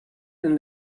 and